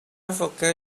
forgot